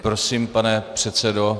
Prosím, pane předsedo.